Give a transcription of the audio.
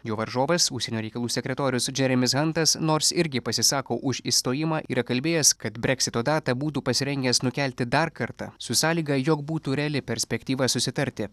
jų varžovas užsienio reikalų sekretorius džeremis hantas nors irgi pasisako už išstojimą yra kalbėjęs kad breksito datą būtų pasirengęs nukelti dar kartą su sąlyga jog būtų reali perspektyva susitarti